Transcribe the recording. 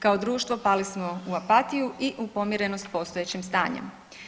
Kao društvo pali smo u apatiju i u pomirenost postojećim stanjem.